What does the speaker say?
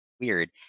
weird